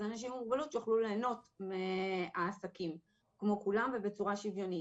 אז אנשים עם מוגבלות שיוכלו ליהנות מהעסקים כמו כולם ובצורה שוויונית.